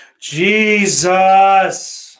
Jesus